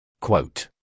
Quote